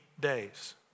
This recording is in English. days